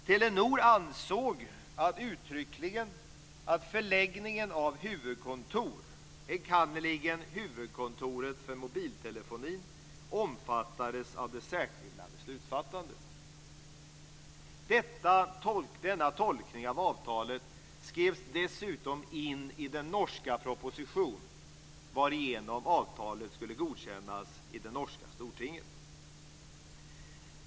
Telenor ansåg uttryckligen att förläggningen av huvudkontor, enkannerligen huvudkontoret för mobiltelefoni, omfattades av det särskilda beslutsfattandet. Denna tolkning av avtalet skrevs dessutom in i den norska proposition varigenom avtalet skulle godkännas i det norska stortinget.